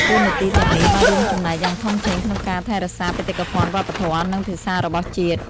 តួនាទីទាំងនេះបានរួមចំណែកយ៉ាងធំធេងក្នុងការថែរក្សាបេតិកភណ្ឌវប្បធម៌ និងភាសារបស់ជាតិ។